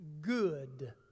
good